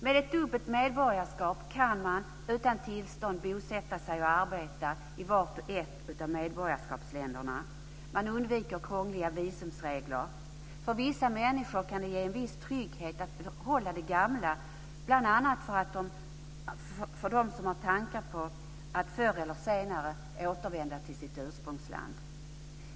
Med ett dubbelt medborgarskap kan man utan tillstånd bosätta sig och arbeta i vart och ett av medborgarskapsländerna. Man undviker krångliga visumregler. För vissa människor kan det ge en viss trygghet att behålla det gamla medborgarskapet, bl.a. för de som har tankar på att förr eller senare återvända till sitt ursprungsland.